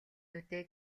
нүдээ